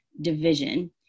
division